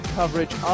coverage